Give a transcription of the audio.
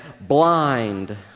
blind